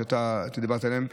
שבה דיברת על זה.